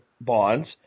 bonds